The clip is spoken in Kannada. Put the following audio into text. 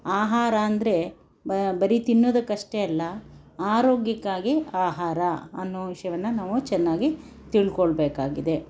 ಆಹಾರಾಂದ್ರೆ ಬರಿ ತಿನ್ನೋದಕ್ಕಷ್ಟೆ ಅಲ್ಲ ಆರೋಗ್ಯಕ್ಕಾಗಿ ಆಹಾರ ಅನ್ನೊ ವಿಷಯವನ್ನು ನಾವು ಚೆನ್ನಾಗಿ ತಿಳ್ಕೊಳ್ಬೇಕಾಗಿದೆ